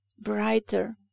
brighter